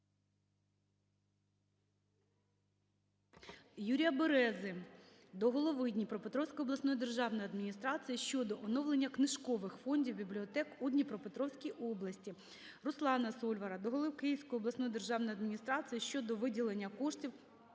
Юрія Берези до голови Дніпропетровської обласної державної адміністрації щодо оновлення книжкових фондів бібліотек у Дніпропетровській області. Руслана Сольвара до голови Київської обласної державної адміністрації щодо виділення коштів